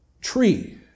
Tree